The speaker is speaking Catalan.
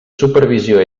supervisió